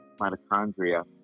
mitochondria